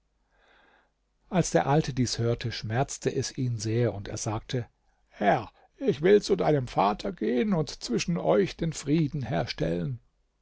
als der alte dies hörte schmerzte es ihn sehr und er sagte herr ich will zu deinem vater gehen und zwischen euch den frieden herstellen